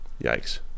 Yikes